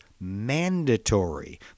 mandatory